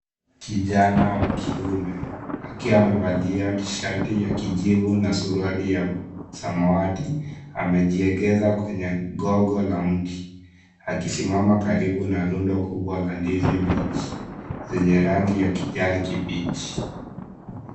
Kijana wa kiume, akiwa amevalia tishati ya kijivu na suruari ya samawati, amejiegeza kwenye gogo la mti, akisimama karibu na rundo kubwa la ndizi mbichi, zenye rangi ya kijani kibichi.